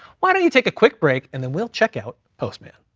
why don't you take a quick break, and then we'll check out postman?